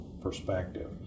perspective